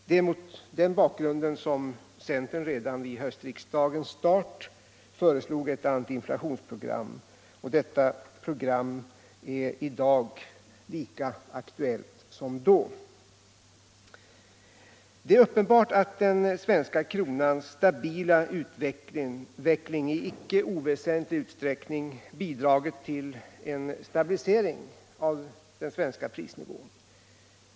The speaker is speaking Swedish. Det är mot den bakgrunden som centern redan vid höstriksdagens start föreslog ett anti-inflationsprogram, och detta program är i dag lika aktuellt som då. Det är uppenbart att den svenska kronans stabila utveckling i icke oväsentlig utsträckning bidragit till en stabilisering av den svenska prisnivån.